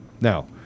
Now